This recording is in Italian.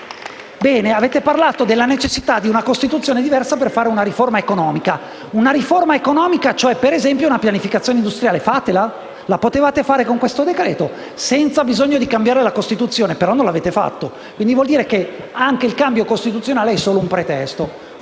M5S).* Avete parlato della necessità di una Costituzione diversa per fare una riforma economica, ad esempio una pianificazione industriale. E allora fatela. La potevate fare con questo decreto, senza bisogno di cambiare la Costituzione, però non l'avete fatto. Ciò vuol dire che anche il cambio costituzionale è solo un pretesto,